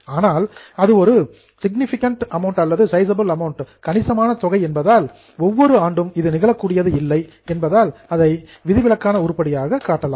ஆனால் அது ஒரு சயிசபில் அமௌன்ட் கணிசமான தொகை என்பதால் ஒவ்வொரு ஆண்டும் இது நிகழக்கூடியது இல்லை என்பதால் அதை எக்சப்ஷனல் ஐட்டம் விதிவிலக்கான உருப்படியாக காட்டலாம்